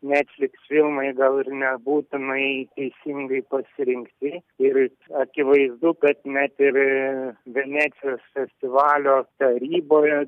netflix filmai gal ir nebūtinai teisingai pasirinkti ir akivaizdu kad net ir venecijos festivalio taryboje